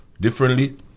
differently